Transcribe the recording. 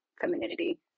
femininity